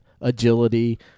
agility